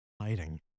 Hiding